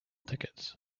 tickets